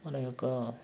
మన యొక్క